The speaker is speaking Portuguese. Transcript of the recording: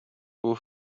por